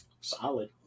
solid